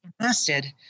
invested